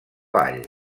vall